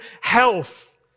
health